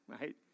right